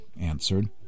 answered